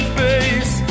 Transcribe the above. face